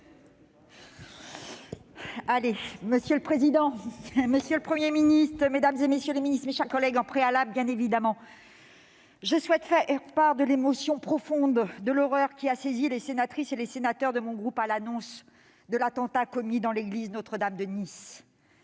Monsieur le président, monsieur le Premier ministre, mesdames, messieurs les ministres, mes chers collègues, en préalable, je souhaite faire part de l'émotion profonde et de l'horreur qui ont saisi les sénatrices et sénateurs de mon groupe à l'annonce de l'attentat commis dans l'église Notre-Dame de Nice.